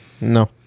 No